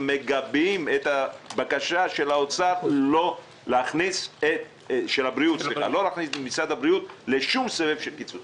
מגבים את בקשת הבריאות לא להכניס את משרד הבריאות לשום קיצוצים.